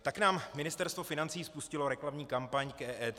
Tak nám Ministerstvo financí spustilo reklamní kampaň k EET.